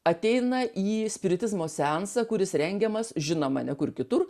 ateina į spiritizmo seansą kuris rengiamas žinoma ne kur kitur